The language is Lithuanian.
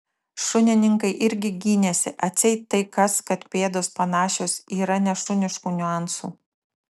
šunininkai irgi gynėsi atseit tai kas kad pėdos panašios yra nešuniškų niuansų